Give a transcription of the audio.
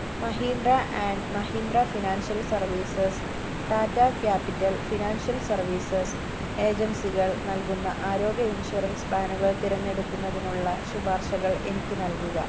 Mahindra and Mahindra financial services Tata capital financial services ഏജൻസികൾ നൽകുന്ന ആരോഗ്യ ഇൻഷുറൻസ് പ്ലാനുകൾ തിരഞ്ഞെടുക്കുന്നതിനുള്ള ശുപാർശകൾ എനിക്ക് നൽകുക